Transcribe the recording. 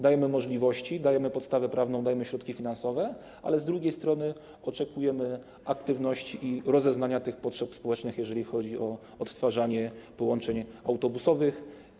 Dajemy możliwości, dajemy podstawę prawną, dajemy środki finansowe, ale z drugiej strony oczekujemy aktywności i rozeznania potrzeb społecznych, jeżeli chodzi o odtwarzanie połączeń autobusowych.